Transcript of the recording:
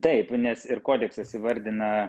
taip nes ir kodeksas įvardina